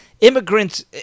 immigrants